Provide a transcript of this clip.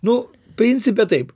nu principe taip